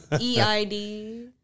E-I-D